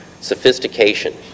sophistication